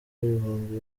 ibihumbi